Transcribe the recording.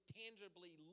tangibly